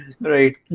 Right